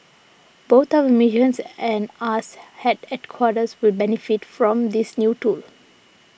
both our missions and us had headquarters will benefit from this new tool